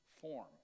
form